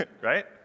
Right